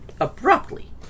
abruptly